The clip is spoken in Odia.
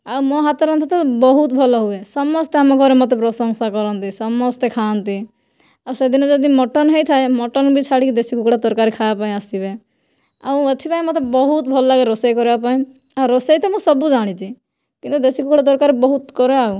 ଆଉ ମୋ' ହାତ ରନ୍ଧା ତ ବହୁତ ଭଲ ହୁଏ ସମସ୍ତେ ଆମ ଘରେ ମତେ ପ୍ରଶଂସା କରନ୍ତି ସମସ୍ତେ ଖାଆନ୍ତି ଆଉ ସେଦିନ ଯଦି ମଟନ ହୋଇଥାଏ ମଟନ ବି ଛାଡ଼ିକରି ଦେଶୀ କୁକୁଡ଼ା ତରକାରୀ ଖାଇବା ପାଇଁ ଆସିବେ ଆଉ ଏଥିପାଇଁ ମୋତେ ବହୁତ ଭଲଲାଗେ ରୋଷେଇ କରିବା ପାଇଁ ଆଉ ରୋଷେଇ ତ ମୁଁ ସବୁ ଜାଣିଛି କିନ୍ତୁ ଦେଶୀ କୁକୁଡ଼ା ତରକାରୀ ବହୁତ କରେ ଆଉ